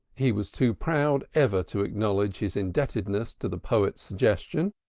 he was too proud ever to acknowledge his indebtedness to the poet's suggestion,